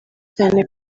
cyane